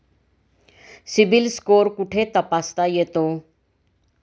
CIBIL score कुठे तपासता येतो?